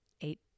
eight